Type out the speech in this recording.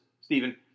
Stephen